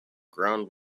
ground